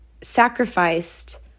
sacrificed